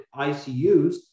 ICUs